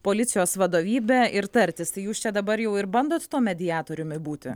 policijos vadovybę ir tartis tai jūs čia dabar jau ir bandot tuo mediatoriumi būti